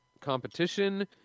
competition